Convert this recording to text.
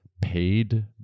paid